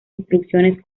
instrucciones